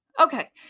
Okay